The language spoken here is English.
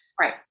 Right